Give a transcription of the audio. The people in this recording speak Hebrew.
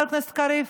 חבר הכנסת קריב?